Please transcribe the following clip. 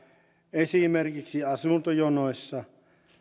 esimerkiksi asuntojonoissa